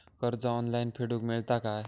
कर्ज ऑनलाइन फेडूक मेलता काय?